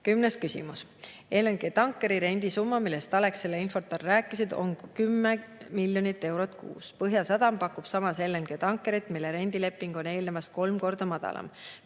küsimus: "LNG tankeri rendisumma, millest Alexela ja Infortar rääkisid, on 10 miljonit eurot kuus. Põhjasadam pakub samas LNG tankerit, mille rendileping on eelnevast kolm korda madalam.